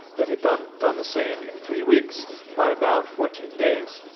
that had done done the same in three weeks by about fourteen days.